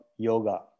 yoga